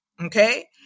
Okay